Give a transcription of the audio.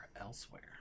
elsewhere